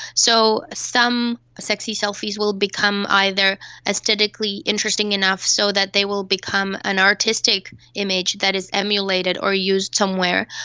so some sexy selfies will become either aesthetically interesting enough so that they will become an artistic image that is emulated or used somewhere,